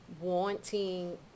wanting